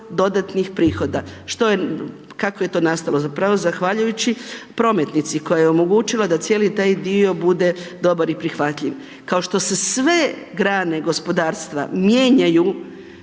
dodatnih prihoda. Što je, kako je to nastalo? Zapravo zahvaljujući prometnici koja je omogućila da cijeli taj dio bude dobar i prihvatljiv, kao što se sve grane gospodarstva mijenjaju